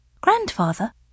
Grandfather